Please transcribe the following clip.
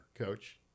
Coach